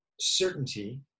certainty